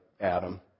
Adam